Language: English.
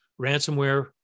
ransomware